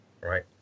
right